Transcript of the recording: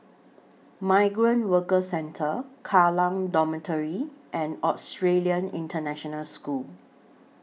Migrant Workers Centre Kallang Dormitory and Australian International School